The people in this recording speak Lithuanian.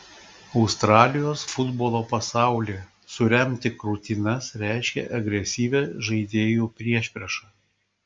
australijos futbolo pasaulyje suremti krūtines reiškia agresyvią žaidėjų priešpriešą